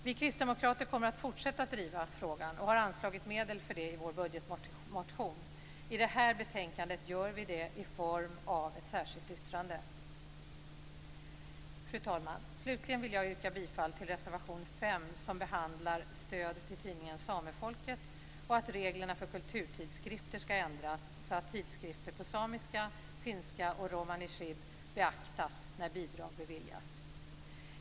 Vi kristdemokrater kommer att fortsätta att driva frågan och har anslagit medel för det i vår budgetmotion. I det här betänkandet gör vi det i form av ett särskilt yttrande. Fru talman! Slutligen vill jag yrka bifall till reservation 5 som behandlar stöd till tidningen Samefolket och att reglerna för kulturtidskrifter ska ändras så att tidskrifter på samiska, finska och romani chib beaktas när bidrag beviljas.